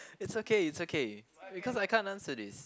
it's okay it's okay because I can't answer this